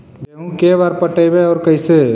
गेहूं के बार पटैबए और कैसे?